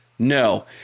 No